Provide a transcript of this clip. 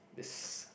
that's